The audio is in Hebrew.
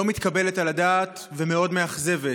לא מתקבלת על הדעת ומאוד מאכזבת.